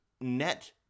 net